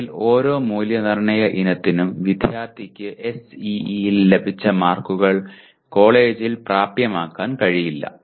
അല്ലെങ്കിൽ ഓരോ മൂല്യനിർണ്ണയ ഇനത്തിനും വിദ്യാർത്ഥിക്ക് SEE ൽ ലഭിച്ച മാർക്കുകൾ കോളേജിൽ പ്രാപ്യമാക്കാൻ കഴിയില്ല